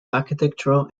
architectural